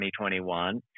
2021